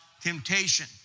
temptation